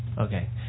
okay